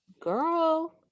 Girl